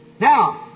Now